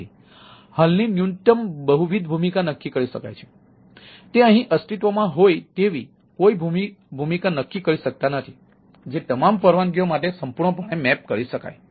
તેથી હાલની ન્યૂનતમ બહુવિધ ભૂમિકા નક્કી કરી શકાય છે તે અહીં અસ્તિત્વમાં હોય તેવી કોઈ ભૂમિકા નક્કી કરી શકતા નથી જે તમામ પરવાનગીઓ માટે સંપૂર્ણપણે મેપ શકાય